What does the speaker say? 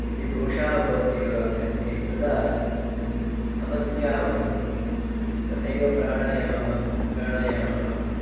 यदि दोषाः भवन्ति योगाभ्यासे तदा समस्याः भवन्ति तथैव प्राणायामः प्राणायामः अपि